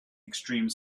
extreme